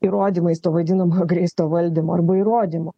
įrodymais to vaidinamo grįsto valdymo arba įrodymų